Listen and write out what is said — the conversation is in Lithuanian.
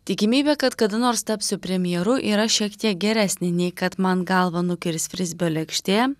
tikimybė kad kada nors tapsiu premjeru yra šiek tiek geresnė nei kad man galvą nukirs frizbio lėkštė